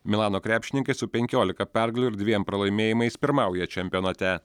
milano krepšininkai su penkiolika pergalių ir dviem pralaimėjimais pirmauja čempionate